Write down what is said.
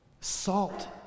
Salt